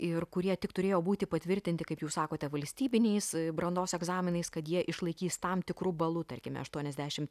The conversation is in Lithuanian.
ir kurie tik turėjo būti patvirtinti kaip jūs sakote valstybiniais brandos egzaminais kad jie išlaikys tam tikru balu tarkime aštuoniasdešimt